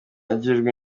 agirwa